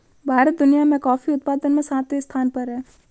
भारत दुनिया में कॉफी उत्पादन में सातवें स्थान पर है